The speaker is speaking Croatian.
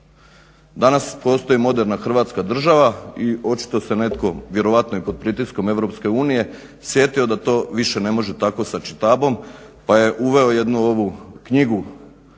Danas postoji moderna Hrvatska država i očito se netko vjerojatno i pod pritiskom EU sjetio da to više ne može tako sa čitabom, pa je uveo ovu jednu knjigu